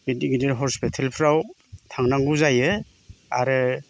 गिदिद गिदिर हस्पिटेलफ्राव थानांगौ जायो आरो